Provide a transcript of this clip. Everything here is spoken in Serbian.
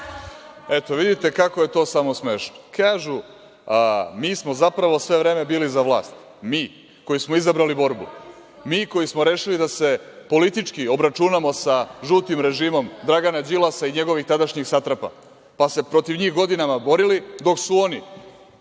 Eto, vidite kako je to samo smešno. Kažu – mi smo zapravo sve vreme bili za vlast. Mi koji smo izabrali borbu. Mi koji smo rešili da se politički obračunamo sa „žutim režimom“ Dragana Đilasa i njegovih tadašnjih satrapa, pa se protiv njih godinama borili, dok su oni